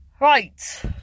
right